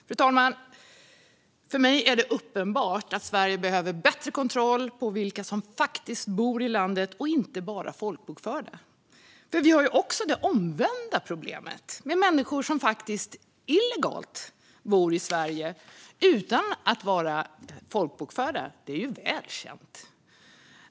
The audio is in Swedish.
Fru talman! För mig är det uppenbart att Sverige behöver bättre kontroll på vilka som faktiskt bor i landet och inte bara folkbokförda. För vi har ju också det omvända problemet, med människor som faktiskt illegalt bor i Sverige utan att vara folkbokförda. Det är väl känt.